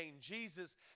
Jesus